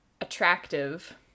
attractive